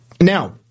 Now